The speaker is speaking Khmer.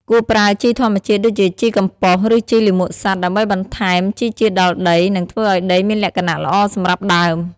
គួរប្រើជីធម្មជាតិដូចជាជីកំប៉ុស្ត ឬជីលាមកសត្វ ដើម្បីបន្ថែមជីជាតិដល់ដី និងធ្វើឲ្យដីមានលក្ខណៈល្អសម្រាប់ដើម។